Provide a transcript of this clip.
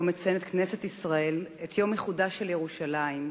שבו מציינת כנסת ישראל את יום איחודה של ירושלים,